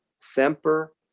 semper